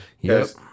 Yes